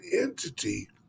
entity